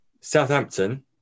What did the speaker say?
Southampton